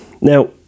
Now